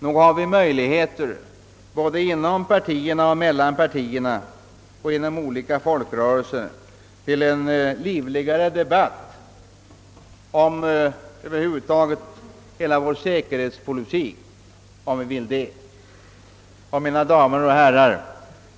Nog kan vi både inom och mellan partierna och inom andra folkrörelser få en livligare debatt om vår säkerhetspolitik.